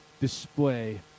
display